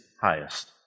highest